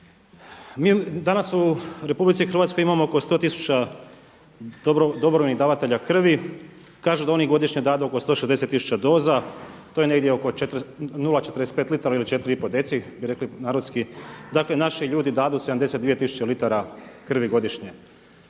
Mi danas u RH imamo oko 100 tisuća dobrovoljnih davatelja krvi, kažu da oni godišnje dadu oko 160 tisuća doza, to je negdje oko 0,45 litara ili 4,5 decilitra bi rekli narodski, dakle naši ljudi dadu 72 tisuće litara krvi godišnje.